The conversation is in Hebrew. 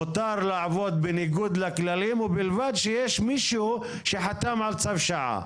מותר לעבוד בניגוד לכללים ובלבד שיש מישהו שחתם על צו שעה.